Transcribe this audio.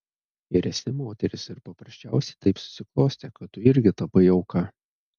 ir esi moteris ir paprasčiausiai taip susiklostė kad tu irgi tapai auka